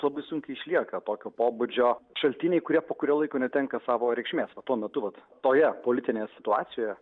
labai sunkiai išlieka tokio pobūdžio šaltiniai kurie po kurio laiko netenka savo reikšmėsva tuo metu vat toje politinėje situacijoje